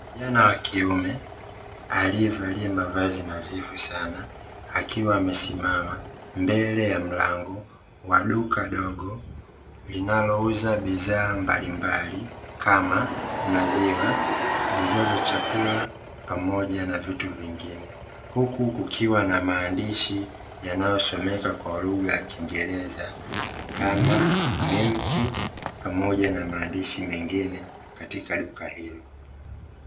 Kijana wa kiume aliyevalia mavazi nadhifu sana, akiwa amesimama mbele ya mlango wa duka dogo, linalouza bidhaa mbalimbali kama: maziwa, bidhaa za chakula pamoja na vitu vingine. Huku kukiwa na maandishi yanayosomeka kwa lugha ya kingereza kama "Milk", pamoja na maandishi mengine katika duka hilo.